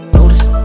notice